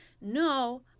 no